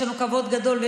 ויש לנו כבוד גדול,